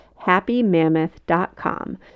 happymammoth.com